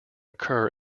occur